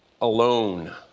alone